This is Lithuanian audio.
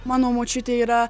mano močiutė yra